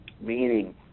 meaning